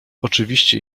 oczywiście